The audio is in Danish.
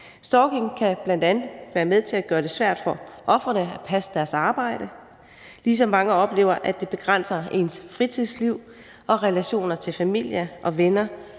Stalking kan bl.a. være med til at gøre det svært for ofrene at passe deres arbejde, ligesom mange oplever, at det begrænser deres fritidsliv og relationer til familie og venner